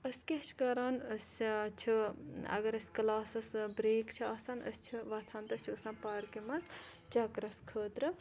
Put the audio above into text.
أسۍ کیاہ چھِ کَران أسۍ چھِ اَگَر اَسہِ کَلاسَس برٛیک چھِ آسان أسۍ چھِ وۄتھان تہٕ أسۍ چھِ گَژھان پارکہِ مَنٛز چَکرَس خٲطرٕ